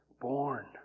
Born